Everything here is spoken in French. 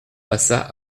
passa